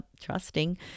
trusting